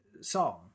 song